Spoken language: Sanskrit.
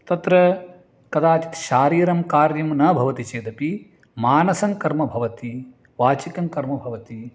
तत्र कदाचित् शरीरकार्यं न भवति चेदपि मानसं कर्म भवति वाचिकं कर्म भवति